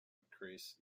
increase